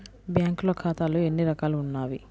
బ్యాంక్లో ఖాతాలు ఎన్ని రకాలు ఉన్నావి?